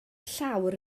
llawr